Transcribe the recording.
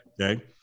Okay